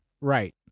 Right